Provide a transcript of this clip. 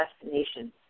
destination